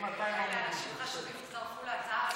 אחרי שאנשים חשובים כאלה הצטרפו להצעה,